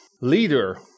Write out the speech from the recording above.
Leader